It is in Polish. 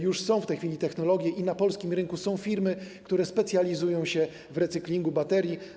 Już w tej chwili są technologie i na polskim rynku są firmy, które specjalizują się w recyklingu baterii.